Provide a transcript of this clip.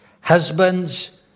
Husbands